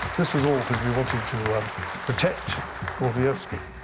this was all because we wanted to protect gordievsky.